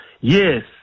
Yes